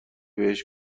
بهش